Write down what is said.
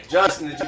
Justin